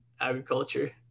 agriculture